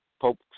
Pope